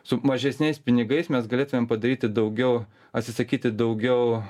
su mažesniais pinigais mes galėtumėm padaryti daugiau atsisakyti daugiau